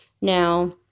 Now